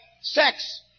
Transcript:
sex